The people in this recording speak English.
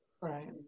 Right